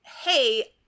Hey